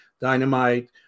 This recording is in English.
Dynamite